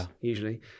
usually